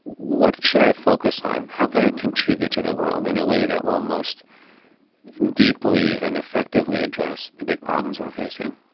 what should i focus on? how can i contribute to the world in a way that will most deeply and effectively address the big problems we're facing?